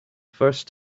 first